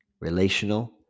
relational